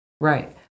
Right